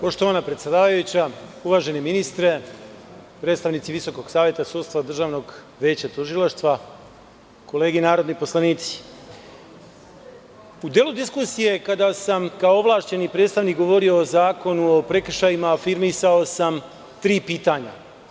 Poštovana predsedavajuća, uvaženi ministre, predstavnici Visokog saveta sudstva i Državnog veća tužilaštva, kolege narodni poslanici, u delu diskusije kada sam kao ovlašćeni predstavnik govorio o Zakonu o prekršajima afirmisao sam tri pitanja.